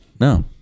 no